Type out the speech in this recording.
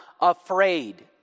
afraid